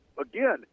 again